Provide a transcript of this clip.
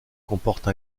comporte